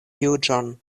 juĝon